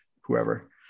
whoever